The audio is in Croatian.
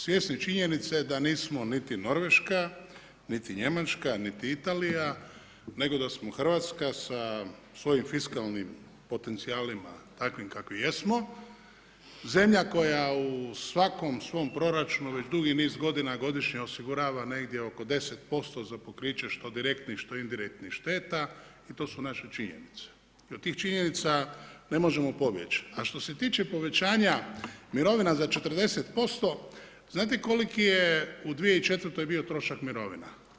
Svjesni činjenice da nismo niti Norveška, niti Njemačka, niti Italija, nego da smo Hrvatska sa svojim fiskalnim potencijalima, takvim kakvim jesmo, zemlja koja u svakom svom proračunu već dugi niz godina godišnje osigurava negdje oko 10% za pokriće što direktnih, što indirektnih šteta, i to su naše činjenice, i od tih činjenica ne možemo pobjeći, a što se tiče povećanja mirovina za 40%, znate koliki je u 2004. bio trošak mirovina?